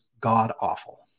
god-awful